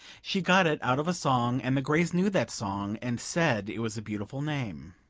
she got it out of a song and the grays knew that song, and said it was a beautiful name.